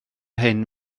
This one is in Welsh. hyn